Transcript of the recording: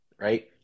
right